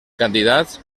candidats